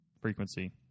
frequency